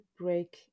break